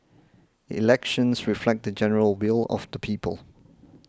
elections reflect the general will of the people